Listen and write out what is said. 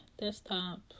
desktop